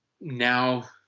Now